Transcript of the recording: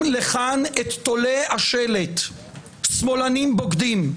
לכאן את תולה השלט "שמאלנים בוגדים",